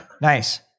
Nice